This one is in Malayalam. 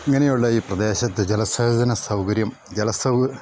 ഇങ്ങനെയുള്ള ഈ പ്രദേശത്ത് ജലസേചന സൗകര്യം ജലസൗ